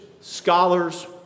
scholars